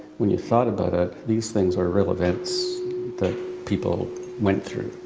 when you thought about it, these things are real events that people went through.